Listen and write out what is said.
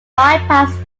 bypassed